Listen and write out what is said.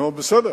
נו, בסדר.